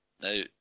Now